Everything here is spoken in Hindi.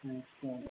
नमस्कार